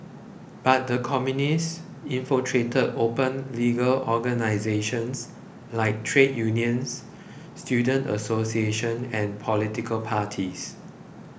but the Communists infiltrated open legal organisations like trade unions student associations and political parties